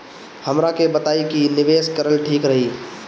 हमरा के बताई की निवेश करल ठीक रही?